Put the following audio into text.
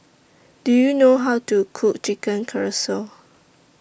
Do YOU know How to Cook Chicken Casserole